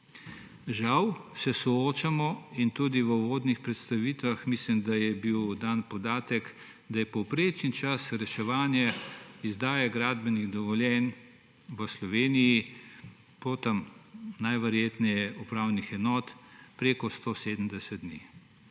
Žal se soočamo, in tudi v uvodnih predstavitvah mislim, da je bil dan podatek, da je povprečen čas reševanja izdaje gradbenih dovoljenj v Sloveniji, potem najverjetneje upravnih enot, preko 170 dni.